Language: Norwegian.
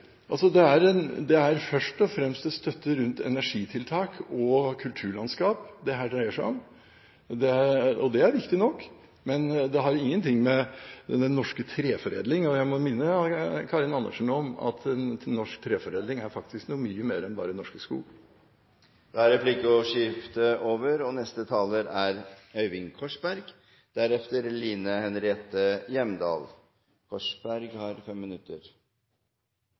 Det er først og fremst støtte rundt energitiltak og kulturlandskap dette dreier seg om – og det er viktig nok – men det har ingenting med den norske treforedlingen å gjøre. Jeg må minne Karin Andersen om at norsk treforedling er faktisk mye mer enn bare Norske Skog. Replikkordskiftet er